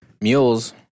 Mules